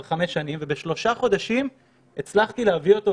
חמש שנים ובשלושה חודשים הצלחתי להביא אותו,